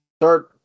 third